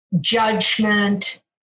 judgment